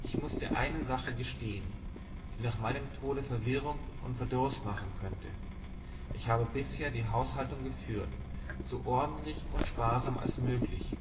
ich muß dir eine sache gestehen die nach meinem tode verwirrung und verdruß machen könnte ich habe bisher die haushaltung geführt so ordentlich und sparsam als möglich